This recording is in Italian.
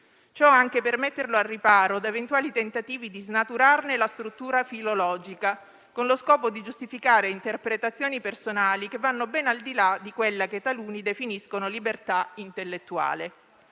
ciò anche per metterlo al riparo da eventuali tentativi di snaturarne la struttura filologica, con lo scopo di giustificare interpretazioni personali che vanno ben al di là di quella che taluni definiscono libertà intellettuale.